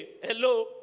Hello